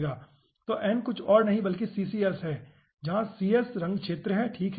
तो n कुछ और नहीं बल्कि Cs है जहाँ Cs रंग क्षेत्र है ठीक है